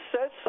says